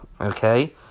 okay